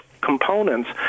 components